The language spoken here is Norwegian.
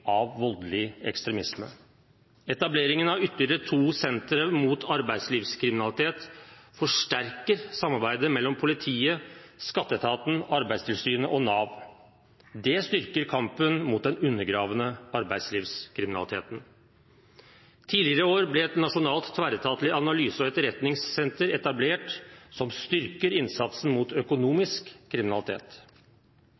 av voldelig ekstremisme. Etableringen av ytterligere to sentre mot arbeidslivskriminalitet forsterker samarbeidet mellom politiet, Skatteetaten, Arbeidstilsynet og Nav. Det styrker kampen mot den undergravende arbeidslivskriminaliteten. Tidligere i år ble et nasjonalt tverretatlig analyse- og etterretningssenter etablert, som styrker innsatsen mot